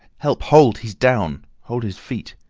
help hold! he's down! hold his feet!